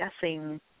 guessing